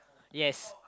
yes